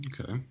Okay